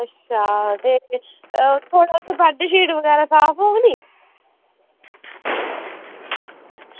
अच्छा ते उत्थें बेडशीट बगैरा साफ होग नी